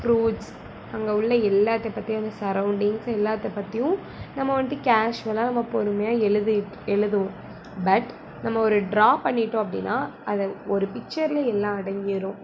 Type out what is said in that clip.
fruits அங்கே உள்ள எல்லாத்தை பற்றியும் அந்த சரௌண்டிங்ஸ் எல்லாத்தை பற்றியும் நம்ம வந்துட்டு கேஷ்வலாக நம்ம பொறுமையாக எழுதி எழுதுவோம் பட் நம்ம ஒரு ட்ரா பண்ணிவிட்டோம் அப்படின்னா அதை ஒரு பிக்ச்சரில் எல்லாம் அடங்கிடும்